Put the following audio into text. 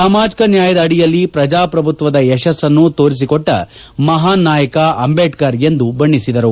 ಸಾಮಾಜಿಕ ನ್ಯಾಯದ ಅಡಿಯಲ್ಲಿ ಪ್ರಜಾಪ್ರಭುತ್ವದ ಯಶಸ್ಸನ್ನು ತೋರಿಸಿಕೊಟ್ಟ ಮಹಾನ್ ನಾಯಕ ಅಂದೇಡ್ಕರ್ ಎಂದು ಅವರು ಬಣ್ನಿಸಿದರು